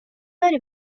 داری